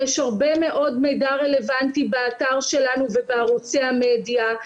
יש הרבה מאוד מידע רלוונטי באתר שלנו ובערוצי המדיה.